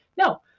no